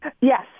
Yes